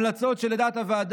המלצות אלו,